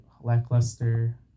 lackluster